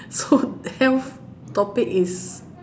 so the health topic is